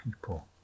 people